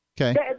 Okay